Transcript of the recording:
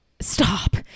stop